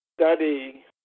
study